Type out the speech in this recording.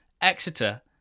Exeter